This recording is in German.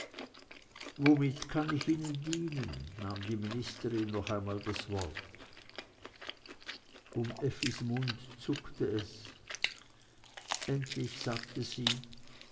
womit kann ich ihnen dienen nahm die ministerin noch einmal das wort um effis mund zuckte es endlich sagte sie